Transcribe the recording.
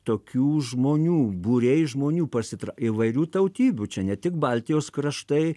tokių žmonių būriai žmonių pasitra įvairių tautybių čia ne tik baltijos kraštai